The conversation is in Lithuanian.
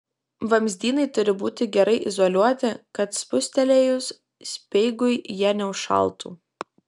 vamzdynai turi būti gerai izoliuoti kad spustelėjus speigui jie neužšaltų